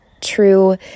true